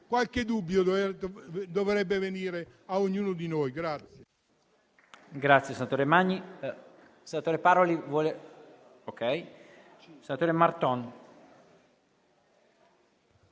qualche dubbio dovrebbe venire a ognuno di noi.